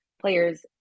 players